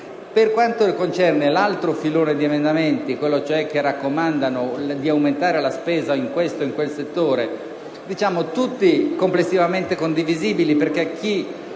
Per quanto riguarda l'altro filone di emendamenti, quelli cioè che raccomandano di aumentare la spesa in questo o in quel settore, sono tutti complessivamente condivisibili, perché non